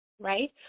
Right